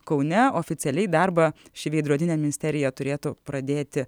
kaune oficialiai darbą ši veidrodinė ministerija turėtų pradėti